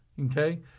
Okay